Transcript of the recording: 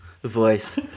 voice